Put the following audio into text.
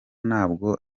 ntabwo